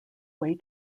way